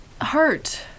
hurt